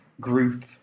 group